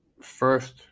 first